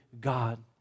God